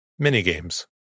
Mini-games